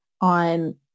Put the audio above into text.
on